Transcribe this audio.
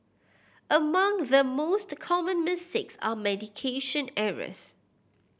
among the most common mistakes are medication errors